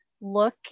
look